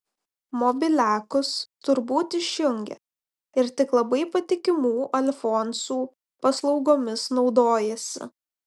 mobiliakus tur būt išjungia ir tik labai patikimų alfonsų paslaugomis naudojasi